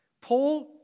Paul